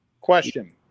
Question